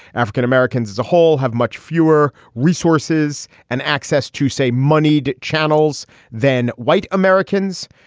african-americans as a whole have much fewer resources and access to, say, moneyed channels than white americans.